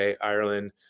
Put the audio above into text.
Ireland